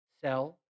sell